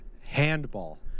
Handball